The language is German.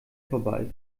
vorbei